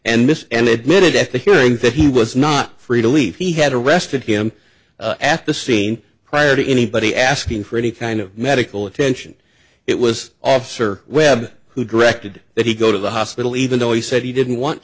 miss and that minute after hearing that he was not free to leave he had arrested him at the scene prior to anybody asking for any kind of medical attention it was officer webb who directed that he go to the hospital even though he said he didn't want